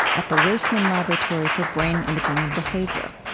at the waisman laboratory for brain imaging and behavior.